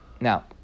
Now